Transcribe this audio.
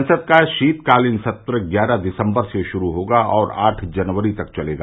संसद का शीतकालीन सत्र ग्यारह दिसम्बर से शुरू होगा और आठ जनवरी तक चलेगा